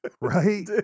Right